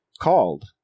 called